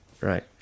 Right